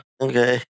okay